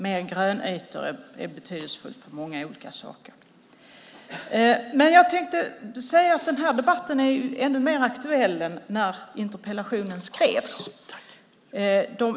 Mer grönytor är betydelsefullt för många olika saker. Den här debatten är ännu mer aktuell nu än när interpellationen skrevs.